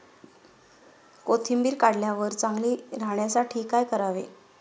कोथिंबीर काढल्यावर चांगली राहण्यासाठी काय करावे?